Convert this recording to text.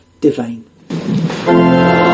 divine